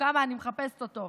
כמה אני מחפשת אותו.